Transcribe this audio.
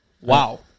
Wow